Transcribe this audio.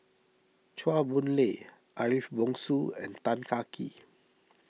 Chua Boon Lay Ariff Bongso and Tan Kah Kee